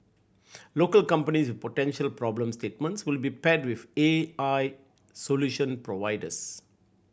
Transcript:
local companies with potential problem statements will be paired with A I solution providers